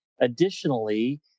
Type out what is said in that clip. Additionally